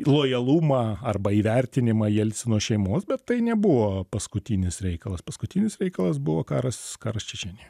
lojalumą arba įvertinimą jelcino šeimos bet tai nebuvo paskutinis reikalas paskutinis reikalas buvo karas karas čečėnijoj